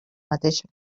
mateixa